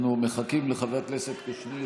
אנחנו מחכים לחבר הכנסת קושניר,